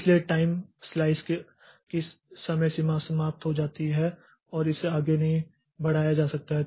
इसलिए time slice की समय सीमा समाप्त हो जाती है और इसे आगे नहीं बढ़ाया जा सकता है